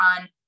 on